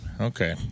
Okay